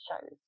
shows